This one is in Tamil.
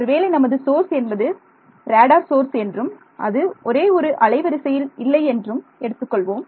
ஒருவேளை நமது சோர்ஸ் என்பது ரேடார் சோர்ஸ் என்றும் அது ஒரே ஒரு அலை வரிசையில் இல்லை என்று எடுத்துக்கொள்வோம்